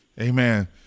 Amen